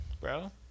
bro